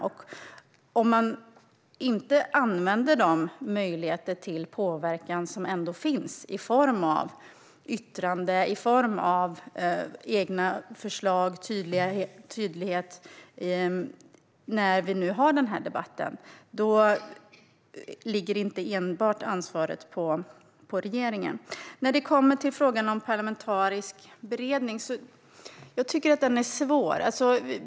Om man inte använder de möjligheter till påverkan som ändå finns i form av yttranden, egna förslag och tydlighet i debatten ligger ansvaret inte enbart på regeringen. Sedan var det frågan om en parlamentarisk beredning. Den frågan är svår.